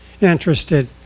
interested